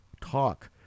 talk